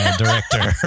director